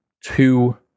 two